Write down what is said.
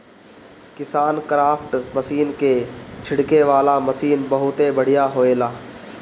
KisanKraft machine के छिड़के वाला मशीन बहुत बढ़िया होएला